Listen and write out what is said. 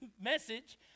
message